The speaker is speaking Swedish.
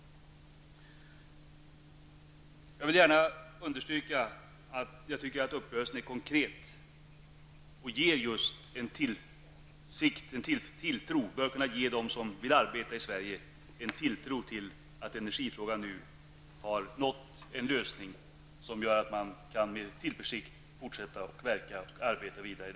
Jag vill gärna understryka att jag anser att uppgörelsen är konkret och bör kunna ge dem som vill kunna arbeta i Sverige en tilltro till att energifrågan nu har nått en lösning som gör att de med tillförsikt kan fortsätta att verka i detta land.